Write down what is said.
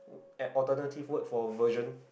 an alternative food for version